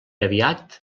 aviat